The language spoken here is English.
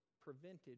prevented